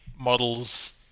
models